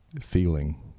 feeling